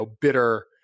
bitter